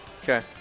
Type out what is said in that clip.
Okay